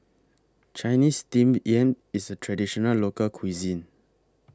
Chinese Steamed Yam IS A Traditional Local Cuisine